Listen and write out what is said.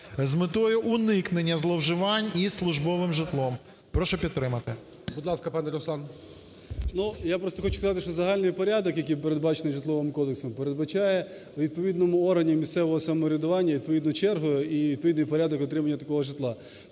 з метою уникнення зловживань із службовим житлом. Прошу підтримати. ГОЛОВУЮЧИЙ. Будь ласка, пане Руслан. 17:13:11 КНЯЗЕВИЧ Р.П. Ну, я просто хочу сказати, що загальний порядок, який передбачений Житловим кодексом, передбачає у відповідному органі місцевого самоврядування відповідну чергу і відповідний порядок отримання такого житла.